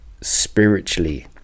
spiritually